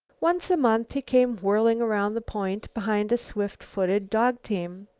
once a month he came whirling around the point, behind a swift-footed dog-team.